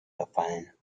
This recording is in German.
verfallen